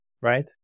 right